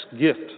gift